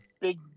big